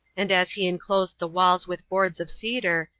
and as he enclosed the walls with boards of cedar,